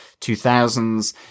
2000s